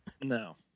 No